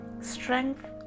strength